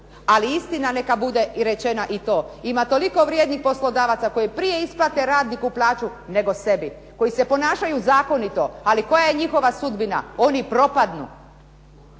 Ali istina neka bude i rečena i to, ima toliko vrijednih poslodavaca koji prije isplate radniku plaću nego sebi, koji se ponašaju zakonito. Ali koja je njihova sudbina? Oni propadnu.